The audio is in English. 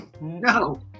No